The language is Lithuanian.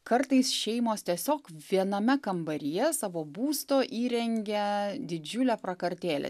kartais šeimos tiesiog viename kambaryje savo būsto įrengia didžiulę prakartėlę